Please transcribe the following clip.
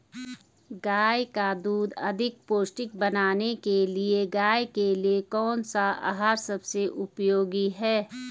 गाय का दूध अधिक पौष्टिक बनाने के लिए गाय के लिए कौन सा आहार सबसे उपयोगी है?